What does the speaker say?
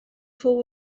fou